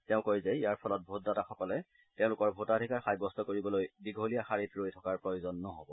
তেওঁ কয় যে ইয়াৰ ফলত ভোটদাতাসকলে তেওঁলোকৰ ভোটাধিকাৰ সাব্যস্ত কৰিবলৈ দীঘলীয়া শাৰীত ৰৈ থকাৰ প্ৰয়োজন নহ'ব